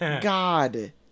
God